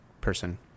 person